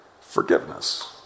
forgiveness